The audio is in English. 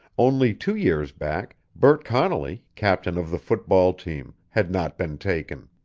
only two years back bert connolly, captain of the foot-ball team, had not been taken.